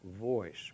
voice